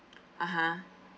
(uh huh)